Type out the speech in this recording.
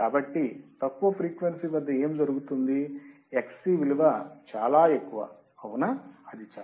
కాబట్టి తక్కువ ఫ్రీక్వెన్సీ వద్ద ఏమి జరుగుతుంది Xc విలువ చాలా ఎక్కువ అవునా అది చాలా ఎక్కువ